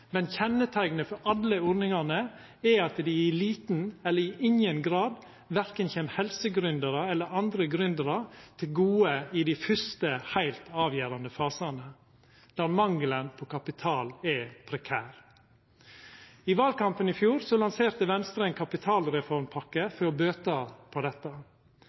men kjenneteiknet for alle ordningane er at dei i liten eller ingen grad verken kjem helsegründerar eller andre gründerar til gode i dei fyrste, heilt avgjerande fasane, der mangelen på kapital er prekær. I valkampen i fjor lanserte Venstre ein kapitalreformpakke for å bøta på dette.